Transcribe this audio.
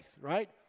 right